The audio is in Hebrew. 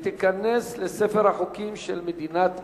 ותיכנס לספר החוקים של מדינת ישראל.